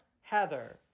Heather